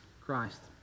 Christ